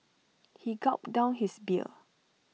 he gulped down his beer